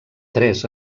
tres